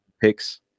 picks